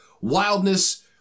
wildness